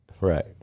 Right